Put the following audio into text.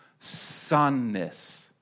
sunness